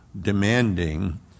demanding